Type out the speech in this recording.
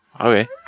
Okay